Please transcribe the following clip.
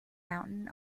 mountain